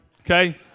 Okay